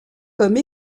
comme